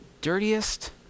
dirtiest